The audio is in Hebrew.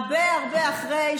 כולם יודעים שאת ממש מכרת את הסביבה.